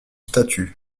statue